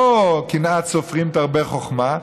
לא קנאת סופרים תרבה חוכמה,